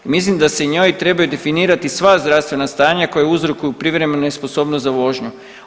Mislim da se njoj trebaju definirati sva zdravstvena stanja koja uzrokuju privremenu nesposobnost za vožnju.